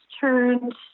turned